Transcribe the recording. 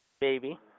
Baby